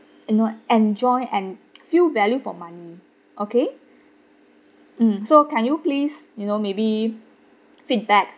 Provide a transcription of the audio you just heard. you know enjoy and feel value for money okay mm so can you please you know maybe feedback